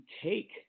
take –